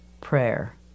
Prayer